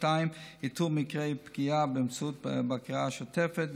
2. איתור מקרי פגיעה באמצעות בקרה שוטפת,